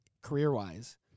career-wise